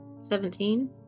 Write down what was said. Seventeen